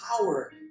power